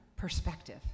perspective